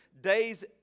days